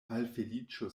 malfeliĉo